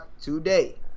today